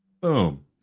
Boom